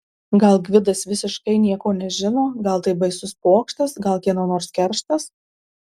gal gvidas visiškai nieko nežino gal tai baisus pokštas gal kieno nors kerštas